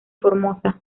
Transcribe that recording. formosa